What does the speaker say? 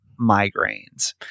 migraines